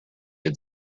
had